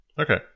Okay